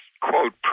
quote